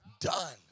done